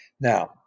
Now